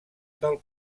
del